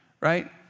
Right